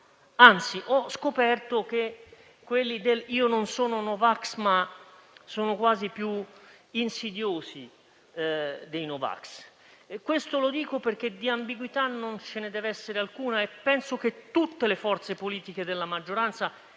anzi, ho scoperto che quelli del «io non sono no vax, ma» sono quasi più insidiosi dei no vax. Questo lo dico perché di ambiguità non ce ne deve essere alcuna e penso che tutte le forze politiche della maggioranza